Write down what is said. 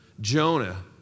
Jonah